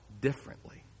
differently